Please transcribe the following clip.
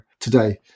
today